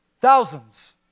thousands